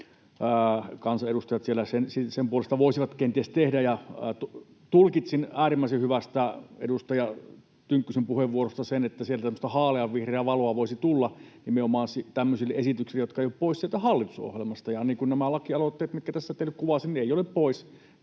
kansanedustajat siellä, niiden puolesta voisivat kenties tehdä. Tulkitsin äärimmäisen hyvästä edustaja Tynkkysen puheenvuorosta sen, että sieltä haaleanvihreää valoa voisi tulla nimenomaan tämmöisille esityksille, jotka eivät ole pois sieltä hallitusohjelmasta — niin kuin nämä lakialoitteet, mitkä tässä teille kuvasin, eivät ole pois